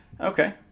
Okay